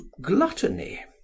gluttony